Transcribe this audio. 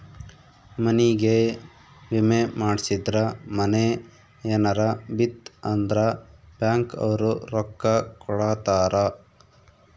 ಮನಿಗೇ ವಿಮೆ ಮಾಡ್ಸಿದ್ರ ಮನೇ ಯೆನರ ಬಿತ್ ಅಂದ್ರ ಬ್ಯಾಂಕ್ ಅವ್ರು ರೊಕ್ಕ ಕೋಡತರಾ